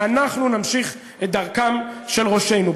ואנחנו נמשיך את דרכם של ראשינו,